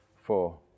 four